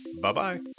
Bye-bye